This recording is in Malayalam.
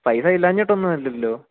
പൈസ ഇല്ലാഞ്ഞിട്ടൊന്നുമല്ലല്ലോ